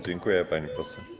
Dziękuję, pani poseł.